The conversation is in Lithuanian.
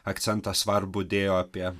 akcentą svarbų dėjo apie